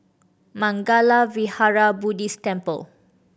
Mangala Vihara Buddhist Temple